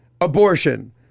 abortion